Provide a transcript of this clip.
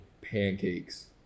pancakes